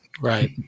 right